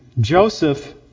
Joseph